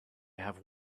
have